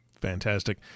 Fantastic